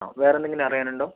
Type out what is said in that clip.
ആ വേറെന്തെങ്കിലും അറിയാനുണ്ടോ